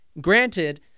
Granted